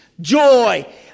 Joy